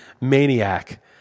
maniac